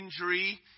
injury